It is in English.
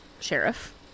sheriff